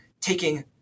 taking